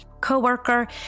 coworker